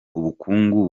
ubukungu